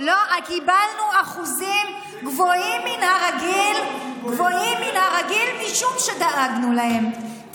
לא קיבלנו אחוזים גבוהים מן הרגיל משום שדאגנו להם.